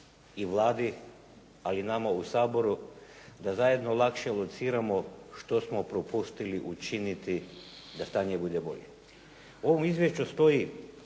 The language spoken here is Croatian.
i Vladi ali i nama u Saboru da zajedno lakše lociramo što smo propustili učiniti da stanje bude bolje. U ovom izvješću stoji